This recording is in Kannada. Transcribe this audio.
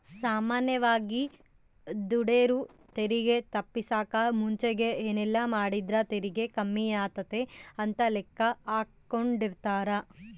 ಸಾಮಾನ್ಯವಾಗಿ ದುಡೆರು ತೆರಿಗೆ ತಪ್ಪಿಸಕ ಮುಂಚೆಗೆ ಏನೆಲ್ಲಾಮಾಡಿದ್ರ ತೆರಿಗೆ ಕಮ್ಮಿಯಾತತೆ ಅಂತ ಲೆಕ್ಕಾಹಾಕೆಂಡಿರ್ತಾರ